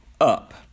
up